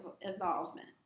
involvement